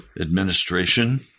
administration